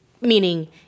Meaning